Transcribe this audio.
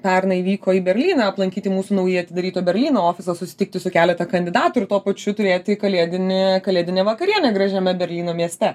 pernai vyko į berlyną aplankyti mūsų naujai atidaryto berlyno ofiso susitikti su keletą kandidatų ir tuo pačiu turėti kalėdinį kalėdinę vakarienę gražiame berlyno mieste